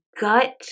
gut